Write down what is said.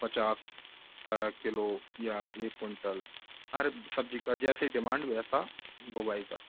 पचास किलो या एक कुंटल हर सब्जी का जैसी डिमांड वैसा उनको उगाई जाती है